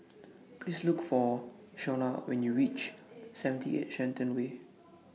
Please Look For Shonna when YOU REACH seventy eight Shenton Way